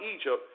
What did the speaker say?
Egypt